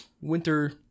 Winter